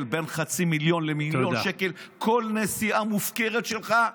בין חצי מיליון למיליון שקל בכל נסיעה מופקרת שלך,